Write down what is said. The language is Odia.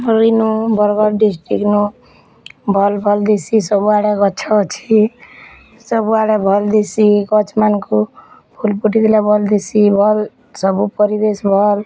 ବରଗଡ଼ ଡିଷ୍ଟ୍ରିକ୍ଟ ଭଲ୍ ଭଲ୍ ଦିଶିଚି ସବୁଆଡ଼େ ସବୁଆଡ଼େ ଭଲ ଦିଶିଚି ଗଛମାନଙ୍କୁ ଫୁଲ୍ ଫୁଟିଥିଲେ ଭଲ ଦିଶଚି ସବୁ ପରିବେଶ ଭଲ୍